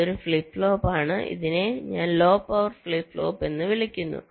ഇതൊരു flip flop ആണ് ഇതിനെ ഞാൻ ലോ പവർ ഫ്ലിപ്പ് ഫ്ലോപ്പ് എന്ന് വിളിക്കുന്നു